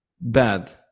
bad